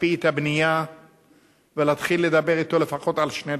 להקפיא את הבנייה ולהתחיל לדבר אתו לפחות על שני דברים: